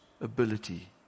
ability